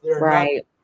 Right